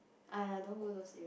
!aiya! don't go those areas